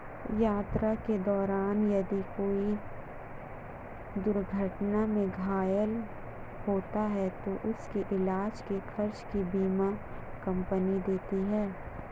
यात्रा के दौरान यदि कोई दुर्घटना में घायल होता है तो उसके इलाज के खर्च को बीमा कम्पनी देती है